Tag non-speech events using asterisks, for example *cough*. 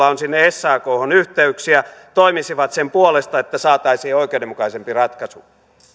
*unintelligible* on sinne sakhon yhteyksiä toimisivat sen puolesta että saataisiin oikeudenmukaisempi ratkaisu